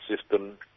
system